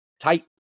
tight